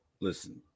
listen